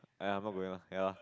I I'm not going lah ya